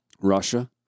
Russia